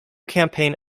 campaign